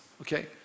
okay